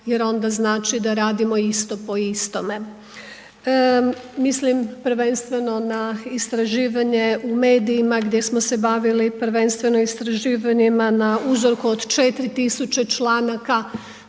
jer onda znači da radimo isto po istome. Mislim prvenstveno na istraživanje u medijima gdje smo se bavili prvenstveno istraživanja na uzorku od 4000 članaka